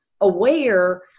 aware